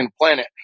planet